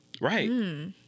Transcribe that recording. Right